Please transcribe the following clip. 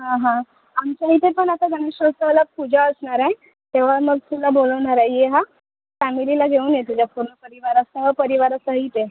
हां हां आमच्या इथे पण आता गणेशोत्सवाला पूजा असणार आहे तेव्हा मग तुला बोलवणार आहे ये हं फॅमिलीला घेऊन ये तुझ्या पूर्ण परिवारासह परिवारासहीत ये